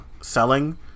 selling